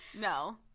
no